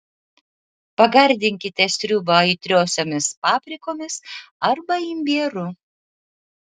pagardinkite sriubą aitriosiomis paprikomis arba imbieru